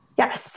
Yes